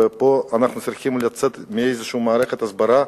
ופה אנחנו צריכים לצאת לאיזו מערכת הסברה,